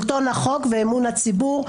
שלטון החוק ואמון הציבור.